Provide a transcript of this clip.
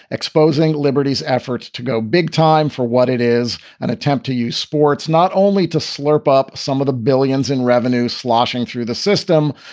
exposing liberty's efforts to go big time for what it is an attempt to use sports not only to slurp up some of the billions in revenue sloshing through the system,